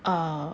uh